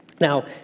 Now